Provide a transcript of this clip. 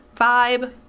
vibe